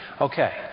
Okay